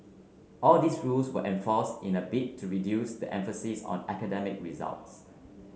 all these rules were enforced in a bid to reduce the emphasis on academic results